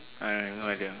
I have no idea